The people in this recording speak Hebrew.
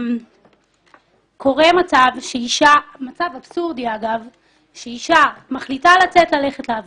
קורה מצב אבסורדי שאישה מחליטה לצאת לעבוד,